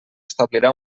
establirà